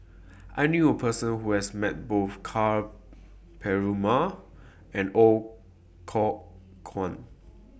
I knew A Person Who has Met Both Ka Perumal and Ooi Kok Chuen